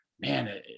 man